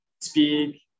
speak